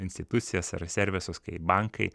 institucijas ar servisus kaip bankai